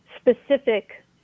specific